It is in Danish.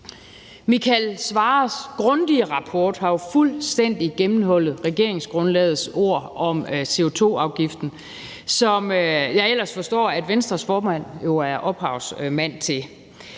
Michael Svarers grundige rapport har jo fuldstændig gennemhullet regeringsgrundlagets ord om CO2-afgiften, som jeg ellers forstår Venstres formand er ophavsmand til.